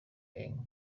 eng